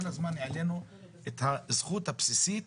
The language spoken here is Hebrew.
כל הזמן העלינו את הזכות הבסיסית